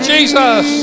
Jesus